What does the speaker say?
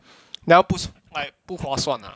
now 不 like 不划算 ah